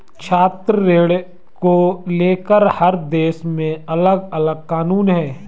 छात्र ऋण को लेकर हर देश में अलगअलग कानून है